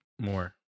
More